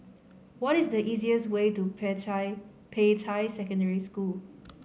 what is the easiest way to Peicai Peicai Secondary School